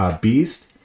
beast